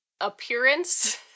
appearance